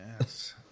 Yes